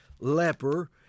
leper